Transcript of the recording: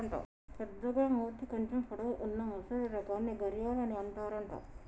పెద్దగ మూతి కొంచెం పొడవు వున్నా మొసలి రకాన్ని గరియాల్ అని అంటారట